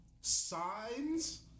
signs